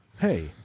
Hey